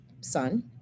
son